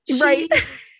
Right